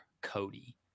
cody